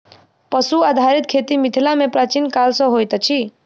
पशु आधारित खेती मिथिला मे प्राचीन काल सॅ होइत अछि